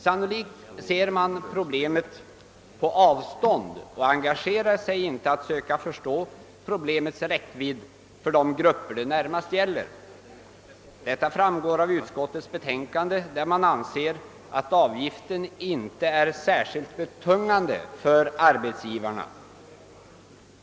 Sannolikt ser man problemet på avstånd och engagerar sig inte för att försöka förstå problemets räckvidd för de grupper det närmast gäller. Detta framgår av utskotteis betänkande där det anförs, att avgiften inte är särskilt betungande för arbetsgivaren.